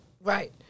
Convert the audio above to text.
Right